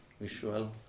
Visual